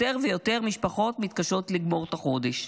ויותר ויותר משפחות מתקשות לגמור את החודש.